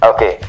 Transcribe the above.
Okay